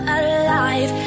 alive